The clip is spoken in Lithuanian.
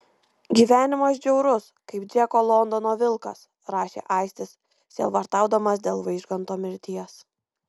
gyvenimas žiaurus kaip džeko londono vilkas rašė aistis sielvartaudamas dėl vaižganto mirties